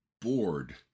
bored